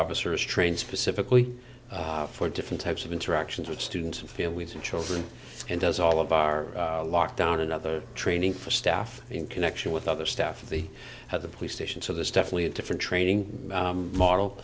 officer is trained specifically for different types of interactions with students and families and children and does all of our lockdown another training for staff in connection with other staff of the at the police station so there's definitely a different training model